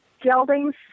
Geldings